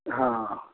हाँ